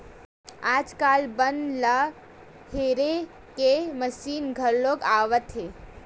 आजकाल बन ल हेरे के मसीन घलो आवत हे